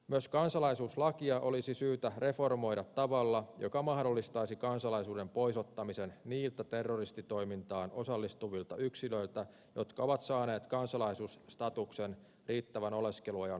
myös kansalaisuuslakia olisi syytä reformoida tavalla joka mahdollistaisi kansalaisuu den pois ottamisen niiltä terroristitoimintaan osallistuvilta yksilöiltä jotka ovat saaneet kansalaisuusstatuksen riittävän oleskeluajan myötä suomessa